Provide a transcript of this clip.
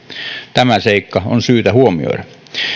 tämä seikka on syytä huomioida